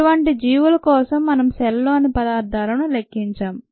ఇలాంటి జీవుల కోసం మనం సెల్ లోని పదార్థాలను లెక్కించాం